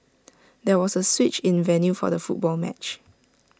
there was A switch in the venue for the football match